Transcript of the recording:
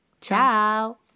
Ciao